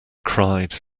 cried